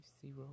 zero